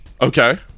Okay